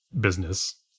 business